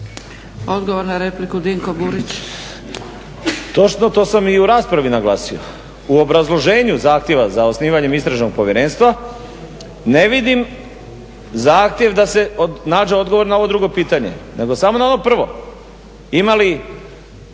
Odgovor na repliku Davorin